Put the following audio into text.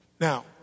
Now